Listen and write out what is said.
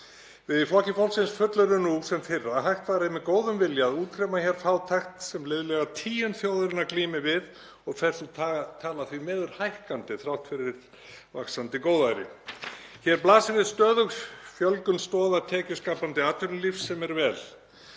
Við í Flokki fólksins fullyrðum nú sem fyrr að hægt væri með góðum vilja að útrýma fátækt sem liðlega tíund þjóðarinnar glímir við og fer sú tala því miður hækkandi þrátt fyrir vaxandi góðæri. Hér blasir við stöðug fjölgun stoða tekjuskapandi atvinnulífs sem er vel.